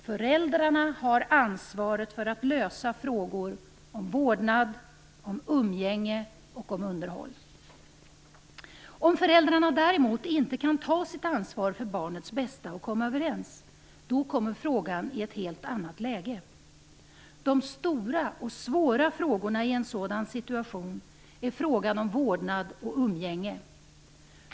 Föräldrarna har ansvaret för att lösa frågor om vårdnad, umgänge och underhåll. Om föräldrarna däremot inte kan ta sitt ansvar för barnets bästa och komma överens, då kommer frågan i ett helt annat läge. De stora och svåra frågorna i en sådan situation är frågorna om vårdnad och umgänge.